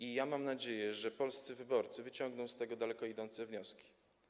I ja mam nadzieję, że polscy wyborcy wyciągną z tego daleko idące wnioski.